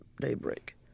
daybreak